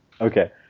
Okay